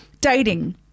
dating